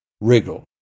wriggle